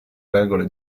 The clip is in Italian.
regole